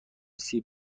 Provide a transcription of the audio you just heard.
سیب